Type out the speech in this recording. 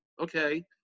Okay